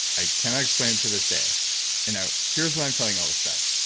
i cannot explain it to this day now, here's why i'm telling you all this stuff.